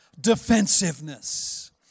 defensiveness